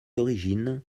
origines